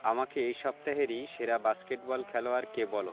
আমাকে এই সপ্তাহেরই সেরা বাস্কেটবল খেলোয়াড় কে বল